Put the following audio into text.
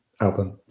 album